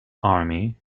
army